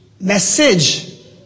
message